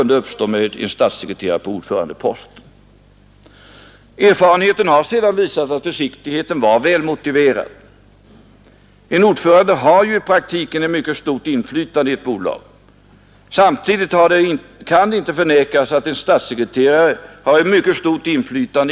Det är möjligt att hans inställning är helt riktig och rimlig, och därför har han och jag bestämt att vi skall träffas och reda ut den här mycket stora frågan.